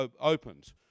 opened